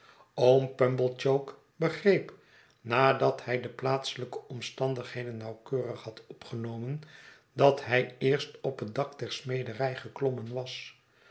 oom pumblechook begreep nadat hij deplaatselijke omstandigheden nauwkeurig had opgenomen dat hij eerst op het dak der smederij geklommen was